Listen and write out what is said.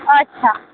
અચ્છા